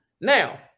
now